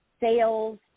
sales